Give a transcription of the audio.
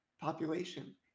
population